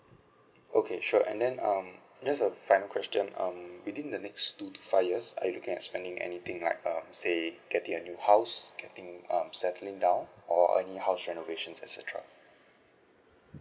okay sure and then um just a fun question um within the next two to five years are you looking at spending anything like um say getting a new house getting um settling down or any house renovation et cetera